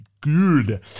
good